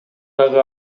дагы